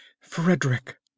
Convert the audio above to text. Frederick